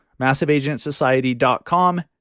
Massiveagentsociety.com